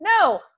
no